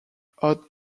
hot